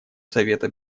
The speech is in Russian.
совета